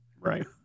Right